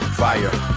fire